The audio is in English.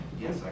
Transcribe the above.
Yes